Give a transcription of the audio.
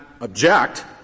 object